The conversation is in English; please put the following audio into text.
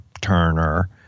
turner